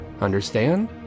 understand